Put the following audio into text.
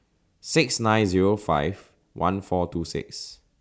six nine Zero five one four two six